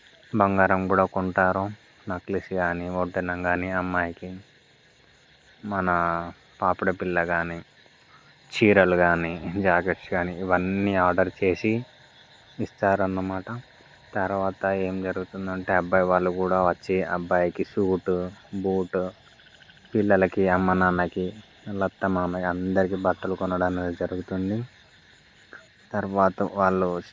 బంగారం కూడా కొంటారు నెక్లెస్ కానీ వడ్డానం కానీ అమ్మాయికి మన పాపిడిబిల్ల కానీ చీరలు కానీ జాకెట్స్ కానీ ఇవన్నీ ఆర్డర్ చేసి ఇస్తారు అన్నమాట తర్వాత ఏమి జరుగుతుంది అంటే అబ్బాయి వాళ్ళు కూడా వచ్చి అబ్బాయికి సూటు బూటు పిల్లలకి అమ్మ నాన్నకి వాళ్ళ అత్త మామయ్య అందరికి బట్టలు కొనడం అనేది జరుగుతుంది తర్వాత వాళ్ళు